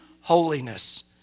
holiness